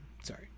sorry